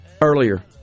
earlier